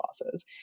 losses